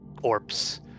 corpse